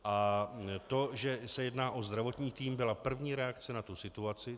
A to, že se jedná o zdravotní tým, byla první reakce na tu situaci.